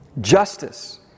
justice